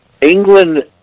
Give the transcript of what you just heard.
england